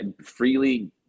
freely